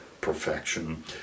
perfection